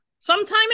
Sometime